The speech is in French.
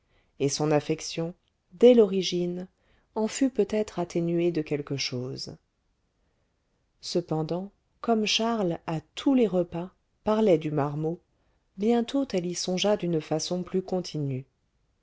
et son affection dès l'origine en fut peut-être atténuée de quelque chose cependant comme charles à tous les repas parlait du marmot bientôt elle y songea d'une façon plus continue